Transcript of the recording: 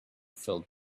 filled